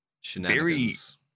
shenanigans